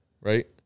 Right